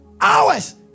hours